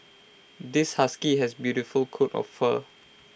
this husky has beautiful coat of fur